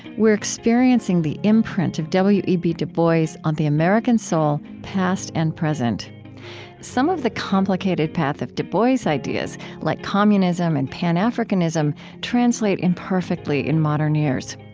we're experiencing the imprint of w e b. du bois on the american soul, past and present some of the complicated path of du bois's ideas like communism and pan-africanism translate imperfectly in modern ears.